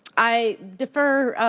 i defer